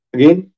Again